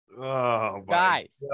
Guys